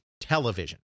television